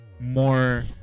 more